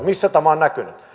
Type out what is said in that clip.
missä tämä on näkynyt